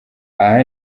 aha